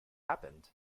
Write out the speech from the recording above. happened